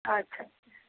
আচ্ছা আচ্ছা